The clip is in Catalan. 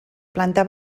planta